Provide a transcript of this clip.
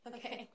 Okay